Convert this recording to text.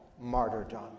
martyrdom